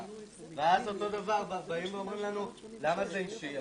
ואז אותו דבר באים ואומרים לנו, למה זה אישי?